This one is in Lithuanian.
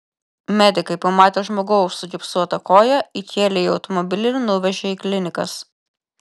medikai pamatę žmogaus sugipsuotą koją įkėlė į automobilį ir nuvežė į klinikas